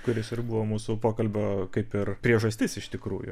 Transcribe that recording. kuris ir buvo mūsų pokalbio kaip ir priežastis iš tikrųjų